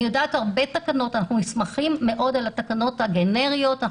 אנחנו נסמכים מאוד על התקנות הגנריות.